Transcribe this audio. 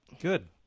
Good